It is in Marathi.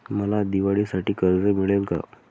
मला दिवाळीसाठी कर्ज मिळेल का?